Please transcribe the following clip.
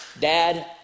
Dad